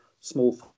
small